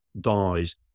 dies